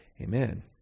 Amen